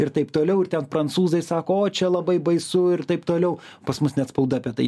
ir taip toliau ten prancūzai sako o čia labai baisu ir taip toliau pas mus net spauda apie tai